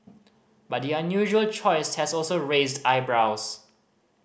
but the unusual choice has also raised eyebrows